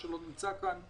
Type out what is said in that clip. שלא נמצא כאן,